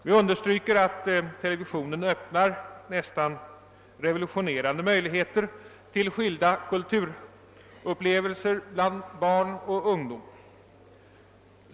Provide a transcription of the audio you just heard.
Vi understryker att televisionen öppnar nästan revolutionerande möjligheter till skilda kulturupplevelser bland barn och ungdom.